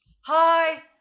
Hi